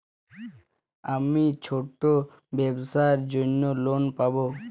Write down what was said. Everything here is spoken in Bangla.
আমি ছোট ব্যবসার জন্য লোন পাব?